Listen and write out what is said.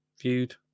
viewed